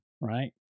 right